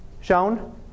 shown